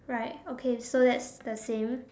right okay so that's the scene